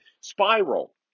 spiral